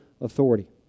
authority